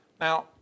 Now